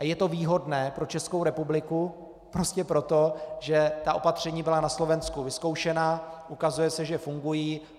Je to výhodné pro Českou republiku prostě proto, že ta opatření byla na Slovensku vyzkoušena, ukazuje se, že fungují.